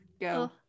Go